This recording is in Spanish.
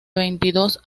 veintidós